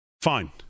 fine